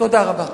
תודה רבה.